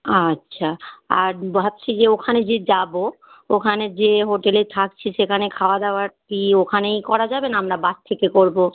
আচ্ছা আর ভাবছি যে ওখানে যে যাব ওখানে যে হোটেলে থাকছি সেখানে খাওয়া দাওয়ার কি ওখানেই করা যাবে না কি আমরা বাইরে থেকে করব